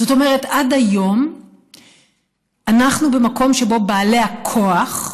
זאת אומרת עד היום אנחנו במקום שבו בעלי הכוח,